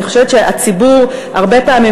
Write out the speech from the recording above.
אני חושבת שהציבור הרבה פעמים,